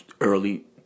early